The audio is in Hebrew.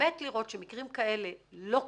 באמת לראות שמקרים כאלה לא קורים,